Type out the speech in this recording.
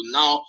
now